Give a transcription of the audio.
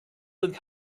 sind